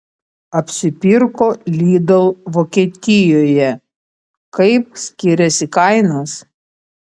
apsipirko lidl vokietijoje kaip skiriasi kainos